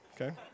okay